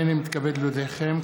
הינני מתכבד להודיעכם,